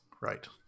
Right